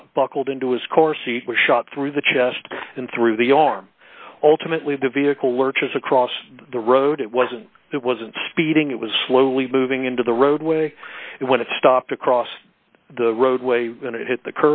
but buckled into his course he was shot through chest and through the arm ultimately d the vehicle lurches across the road it wasn't it wasn't speeding it was slowly moving into the roadway when it stopped across the roadway when it hit the